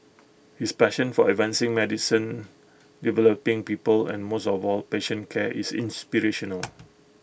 his passion for advancing medicine developing people and most of all patient care is inspirational